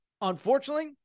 unfortunately